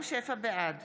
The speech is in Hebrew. בעד